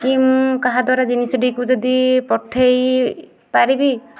କି ମୁଁ କାହା ଦ୍ଵାରା ଜିନିଷଟିକୁ ଯଦି ପଠାଇ ପାରିବି